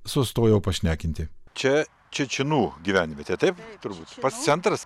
sustojau pašnekinti čia čečėnų gyvenvietė taip turbūt pats centras